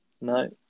No